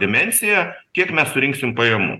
dimensija kiek mes surinksim pajamų